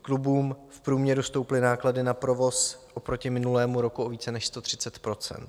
Klubům v průměru stouply náklady na provoz oproti minulému roku o více než 130 %.